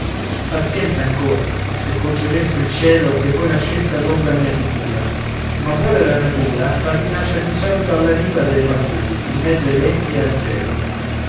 pazienza ancor se concedesse il cielo che voi nasceste all'ombra mia sicura ma vuole la natura farvi nascer di solito alla riva delle paludi in mezzo ai venti e al gelo